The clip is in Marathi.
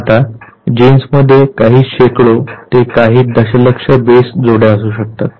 आता जीन्स मध्ये काही शेकडो ते काही दशलक्ष बेस जोड्या असू शकतात